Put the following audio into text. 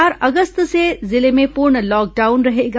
चार अगस्त से जिले में पूर्ण लॉकडाउन रहेगा